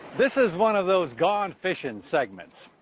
this is one of those gone fishing segments.